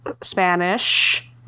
Spanish